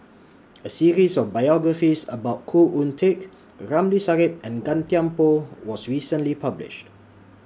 A series of biographies about Khoo Oon Teik Ramli Sarip and Gan Thiam Poh was recently published